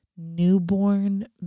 Newborn